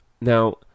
Now